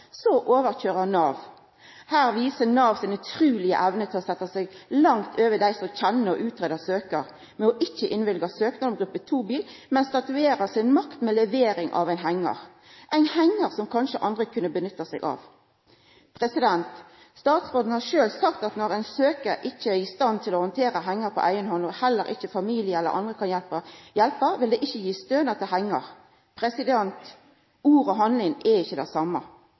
Nav dette. Her viser Nav si utrulege evne til å setja seg langt over dei som kjenner og utgreier søkjaren, ved ikkje å innvilga søknad om gruppe 2-bil, men statuerer si makt med levering av ein hengar, ein hengar som kanskje andre kunne ha brukt. Statsråden har sjølv sagt at når ein søkjar ikkje er i stand til å handtera hengar på eiga hand, og heller ikkje familie eller andre kan hjelpa, vil dei ikkje gi stønad til hengar. Ord og handling er ikkje det same.